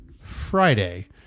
Friday